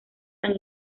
san